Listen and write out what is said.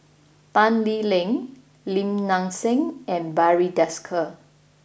Tan Lee Leng Lim Nang Seng and Barry Desker